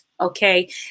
okay